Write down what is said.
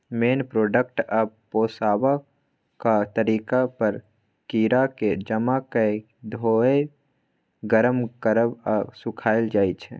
मेन product आ पोसबाक तरीका पर कीराकेँ जमा कए धोएब, गर्म करब आ सुखाएल जाइ छै